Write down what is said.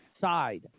side